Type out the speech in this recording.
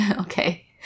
Okay